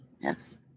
yes